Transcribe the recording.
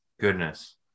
goodness